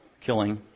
killing